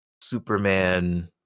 superman